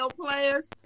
players